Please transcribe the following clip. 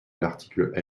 l’article